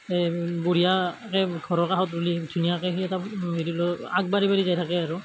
এই বঢ়িয়াকে ঘৰৰ কাষত ৰুলে ধুনীয়াকে সি এটা হেৰি লৈ আগবাঢ়ি বাঢ়ি যায় থাকে আৰু